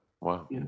Wow